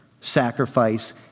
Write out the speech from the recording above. sacrifice